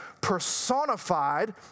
personified